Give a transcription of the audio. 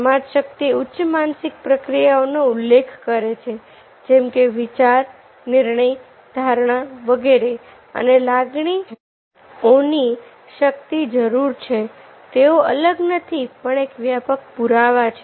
સમાજ શક્તિ ઉચ્ચ માનસિક પ્રક્રિયાઓનો ઉલ્લેખ કરે છે જેમ કે વિચાર નિર્ણય ધારણા વગેરે અને લાગણી અન શક્તિ જરૂરી છે તેઓ અલગ નથી પણ એક વ્યાપક પુરાવા છે